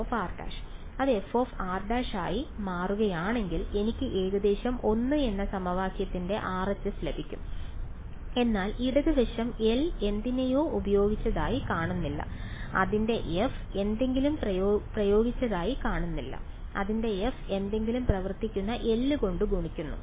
fr അത് fr ആയി മാറുകയാണെങ്കിൽ എനിക്ക് ഏകദേശം 1 എന്ന സമവാക്യത്തിന്റെ RHS ലഭിക്കും എന്നാൽ ഇടത് വശം L എന്തിനെയോ പ്രയോഗിച്ചതായി കാണുന്നില്ല അതിന്റെ f എന്തെങ്കിലും പ്രവർത്തിക്കുന്ന L കൊണ്ട് ഗുണിക്കുന്നു